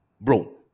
bro